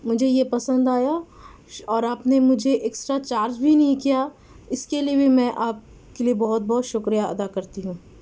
مجھے یہ پسند آیا اور آپ نے مجھے ایکسٹرا چارج بھی نہیں کیا اس کے لیے بھی میں آپ کے لیے بہت بہت شکریہ ادا کرتی ہوں